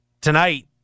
tonight